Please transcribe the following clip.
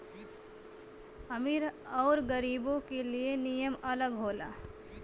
अमीर अउर गरीबो के लिए नियम अलग होला